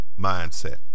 mindset